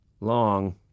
long